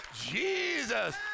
Jesus